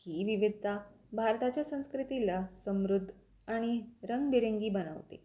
ही विविधता भारताच्या संस्कृतीला समृद्ध आणि रंगीबेरंगी बनवते